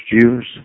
Jews